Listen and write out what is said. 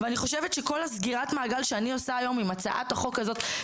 אני חושבת שכל סגירת המעגל שאני עושה היום עם הצעת החוק הזאת,